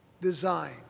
design